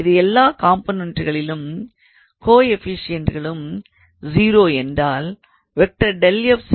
இந்த எல்லா காம்பனன்ட்களின் கோஎஃப்பிஷியண்ட்களும் 0 என்றால் ஆகும்